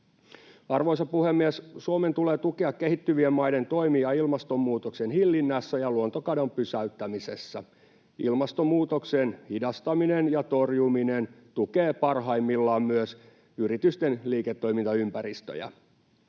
Arvoisa puhemies! Suomen tulee tukea kehittyvien maiden toimia ilmastonmuutoksen hillinnässä ja luontokadon pysäyttämisessä. Ilmastonmuutoksen hidastaminen ja torjuminen tukee parhaimmillaan myös yritysten liiketoimintaympäristöjä.